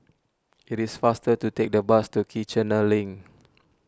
it is faster to take the bus to Kiichener Link